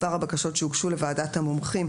מספר הבקשות שהוגשו לוועדת המומחים,